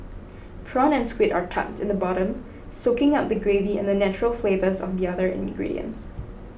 prawn and squid are tucked in the bottom soaking up the gravy and the natural flavours of the other ingredients